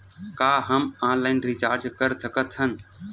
का हम online recharge कर सकत हन?